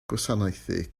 gwasanaethau